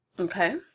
Okay